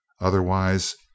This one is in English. Otherwise